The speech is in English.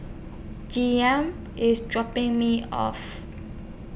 IS dropping Me off